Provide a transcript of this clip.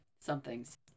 somethings